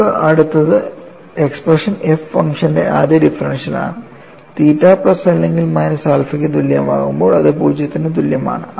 നമുക്ക് അടുത്തത് expression f ഫംഗ്ഷന്റെ ആദ്യ ഡിഫറൻഷ്യൽ ആണ് തീറ്റ പ്ലസ് അല്ലെങ്കിൽ മൈനസ് ആൽഫയ്ക്ക് തുല്യമാകുമ്പോൾ അതു പൂജ്യത്തിന് തുല്യമാണ്